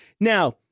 now